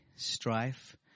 strife